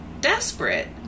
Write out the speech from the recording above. desperate